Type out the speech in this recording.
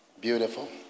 beautiful